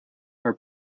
are